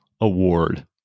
Award